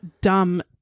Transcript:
dumb